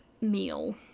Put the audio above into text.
meal